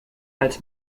als